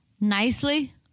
nicely